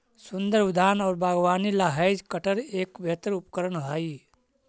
सुन्दर उद्यान और बागवानी ला हैज कटर एक बेहतर उपकरण हाई